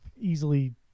easily